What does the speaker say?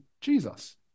Jesus